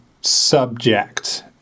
subject